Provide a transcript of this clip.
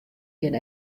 gjin